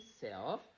self